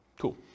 Cool